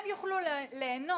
הם לא יכולים להיכנס למסלול הזה.